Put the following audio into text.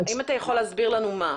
אם אתה יכול להסביר לנו מה.